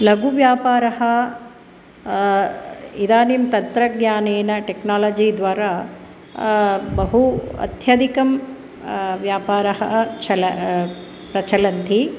लघुः व्यापारः इदानीं तन्त्रज्ञानेन टेक्नालजीद्वारा बहु अत्यधिकं व्यापारः चल प्रचलन्ति